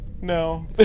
no